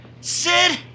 Sid